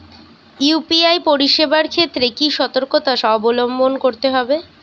UPI পরিসেবার ক্ষেত্রে কি সতর্কতা অবলম্বন করতে হবে?